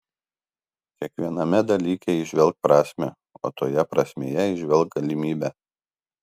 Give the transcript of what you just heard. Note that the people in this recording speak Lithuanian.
kiekviename dalyke įžvelk prasmę o toje prasmėje įžvelk galimybę